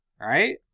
right